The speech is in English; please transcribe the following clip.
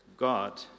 God